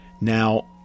Now